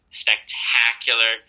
spectacular